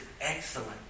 excellent